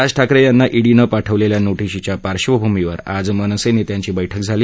राज ठाकरे यांना ईडीनं पाठवलेल्या नोपीशीच्या पार्श्वभूमीवर आज मनसे नेत्यांची बैठक झाली